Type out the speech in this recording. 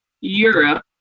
europe